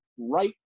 right